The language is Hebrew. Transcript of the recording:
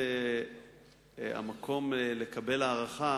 שהמקום לקבל הערכה